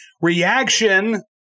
reaction